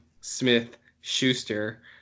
Smith-Schuster